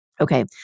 Okay